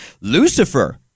Lucifer